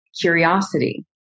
curiosity